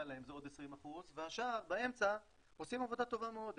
להם זה עוד 20% ועכשיו באמצע עושים עבודה טובה מאוד,